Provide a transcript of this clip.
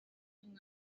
umwami